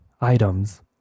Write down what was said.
items